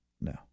No